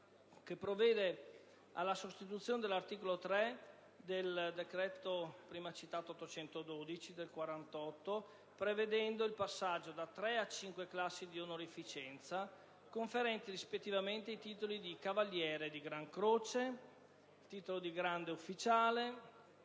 che provvede alla sostituzione dell'articolo 3 del decreto legislativo n. 812 del 1948, prevedendo il passaggio da tre a cinque classi di onorificenza conferenti, rispettivamente, i titoli di cavaliere di gran croce, grande ufficiale,